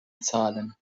zahlen